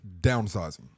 Downsizing